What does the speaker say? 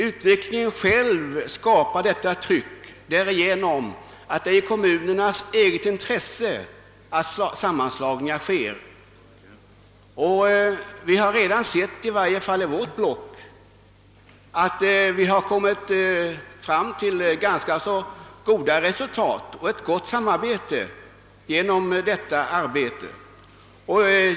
Utvecklingen själv skapar tillräckligt tryck, och det ligger i kommunernas eget intresse att sammanslagningar kommer till stånd. Vi har också redan sett, i varje fall i vårt kommunblock, att resultaten och samarbetet i kommunblocket varit gott.